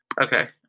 Okay